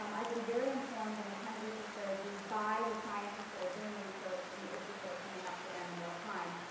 um i've been very informed in the kind of research that i do by the scientists that are doing the research and the issues that are coming up for them in real time.